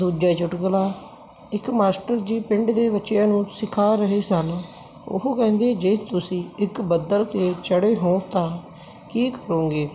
ਦੂਜਾ ਚੁਟਕਲਾ ਇੱਕ ਮਾਸਟਰ ਜੀ ਪਿੰਡ ਦੇ ਬੱਚਿਆਂ ਨੂੰ ਸਿਖਾ ਰਹੇ ਸਨ ਉਹ ਕਹਿੰਦੇ ਜੇ ਤੁਸੀਂ ਇੱਕ ਬੱਦਲ 'ਤੇ ਚੜ੍ਹੇ ਹੋ ਤਾਂ ਕੀ ਕਰੋਗੇ